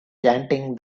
chanting